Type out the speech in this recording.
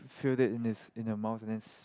feel it in this in your month this